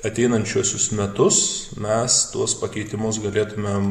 ateinančiuosius metus mes tuos pakeitimus galėtumėm